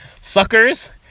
suckers